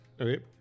Okay